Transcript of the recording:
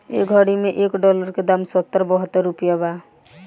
ए घड़ी मे एक डॉलर के दाम सत्तर बहतर रुपइया बा